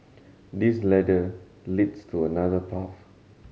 this ladder leads to another path